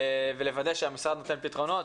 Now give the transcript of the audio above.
ולוודא שהמשרד נותן פתרונות,